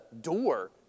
door